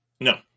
no